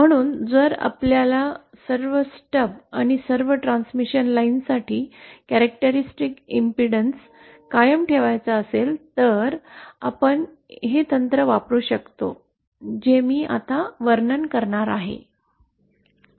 म्हणून जर आपल्याला सर्व स्टब्ज आणि सर्व ट्रान्समिशन लाईन्ससाठी वैशिष्ट्यपूर्ण अडथळा कायम ठेवायचा असेल तर आपण हे तंत्र वापरु शकतो जे मी आता वर्णन करणार आहे